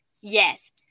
Yes